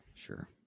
Sure